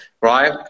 right